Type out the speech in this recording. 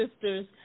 sisters